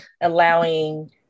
allowing